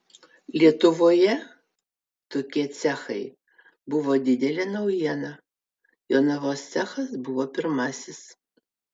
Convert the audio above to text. lietuvoje tokie cechai buvo didelė naujiena jonavos cechas buvo pirmasis